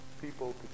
people